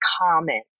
common